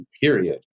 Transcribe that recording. Period